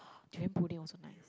durian pudding also nice